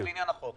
אז לעניין החוק.